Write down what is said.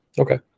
Okay